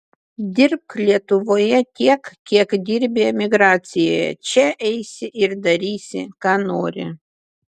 dirbk lietuvoje tiek kiek dirbi emigracijoje čia eisi ir darysi ką nori